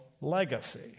legacy